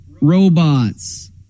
robots